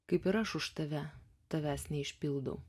kaip ir aš už tave tavęs neišpildau